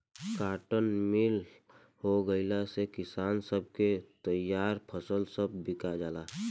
cotton mill हो गईला से किसान सब के तईयार फसल सब बिका जाला